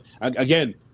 Again